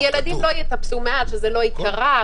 שילדים לא יטפסו מעל, שזה לא יקרע.